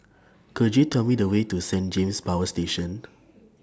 Could YOU Tell Me The Way to Saint James Power Station